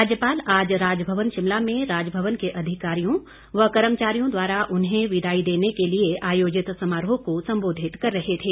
राज्यपाल आज राजभवन शिमला में राजभवन के अधिकारियों व कर्मचारियों द्वारा उन्हें विदाई देने के लिए आयोजित समारोह को संबोधित कर रहे थे